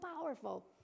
powerful